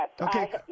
Okay